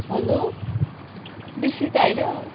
hello विसिता होइन